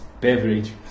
beverage